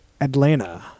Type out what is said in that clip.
Atlanta